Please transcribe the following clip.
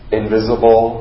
invisible